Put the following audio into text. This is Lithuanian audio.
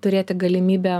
turėti galimybę